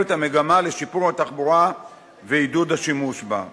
המגמה לשיפור התחבורה ועידוד השימוש בה.